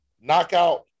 knockout